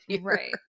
Right